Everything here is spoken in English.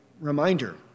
reminder